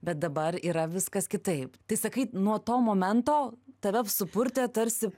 bet dabar yra viskas kitaip tai sakai nuo to momento tave supurtė tarsi